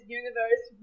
universe